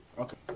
Okay